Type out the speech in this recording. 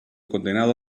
condenado